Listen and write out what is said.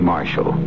Marshall